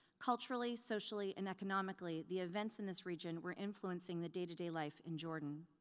culturally, socially, and economically, the events in this region were influencing the day to day life in jordan.